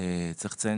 צריך לציין